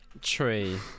tree